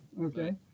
Okay